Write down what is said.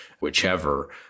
whichever